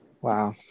Wow